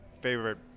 favorite